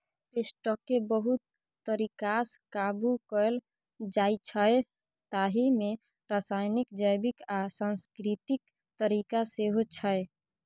पेस्टकेँ बहुत तरीकासँ काबु कएल जाइछै ताहि मे रासायनिक, जैबिक आ सांस्कृतिक तरीका सेहो छै